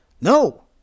No